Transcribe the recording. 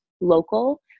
local